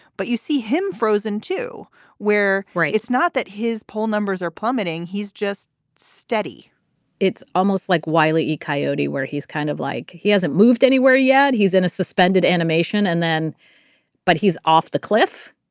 but you see him frozen to where. right. it's not that his poll numbers are plummeting he's just steady it's almost like wily coyote where he's kind of like he hasn't moved anywhere yet. he's in a suspended animation and then but he's off the cliff